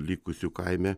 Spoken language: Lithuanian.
likusių kaime